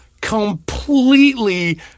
completely